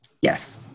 Yes